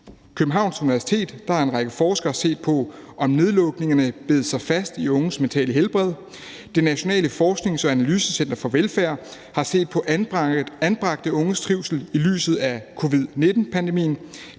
Københavns Universitet har en række forskere set på, om nedlukningerne bed sig fast i unges mentale helbred. Det Nationale Forsknings- og Analysecenter for Velfærd har set på anbragte unges trivsel i lyset af covid-19-pandemien.